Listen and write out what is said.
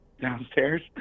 downstairs